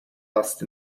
asked